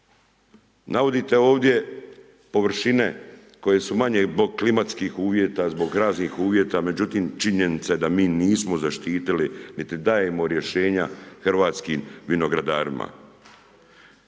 Navodite ovdje površine koje su manje zbog klimatskih uvjeta, zbog raznih uvjeta, međutim, činjenica je da mi nismo zaštitili niti dajemo rješenja hrvatskim vinogradarima.